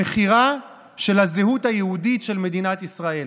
המכירה של הזהות היהודית של מדינת ישראל.